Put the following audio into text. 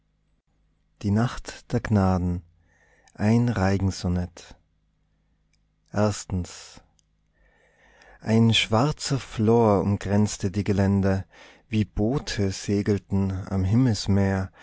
die nacht der gnaden ein reigen sonette ein schwarzer flor umkränzte die gelände wie boote segelten am